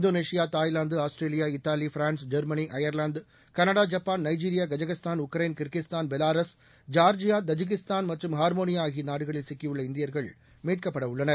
Indonesia Taiwan Australia Italy France Germany Ireland Canada Japan Nigeria Kazakhstan Ukraine Kyrgyzstan Belarus Georgia Tajikistan மற்றும் Armenia ஆகிய நாடுகளில் சிக்கியுள்ள இந்தியர்கள் மீட்கப்பட உள்ளனர்